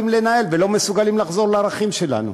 לנהל ולא מסוגלים לחזור לערכים שלנו.